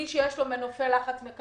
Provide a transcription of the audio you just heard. מי שיש לו מנופי לחץ, מקבל,